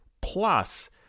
plus